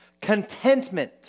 Contentment